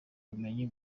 ubumenyi